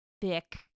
thick